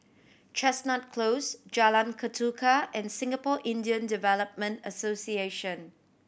Chestnut Close Jalan Ketuka and Singapore Indian Development Association